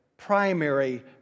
primary